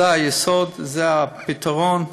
זה היסוד, זה הפתרון.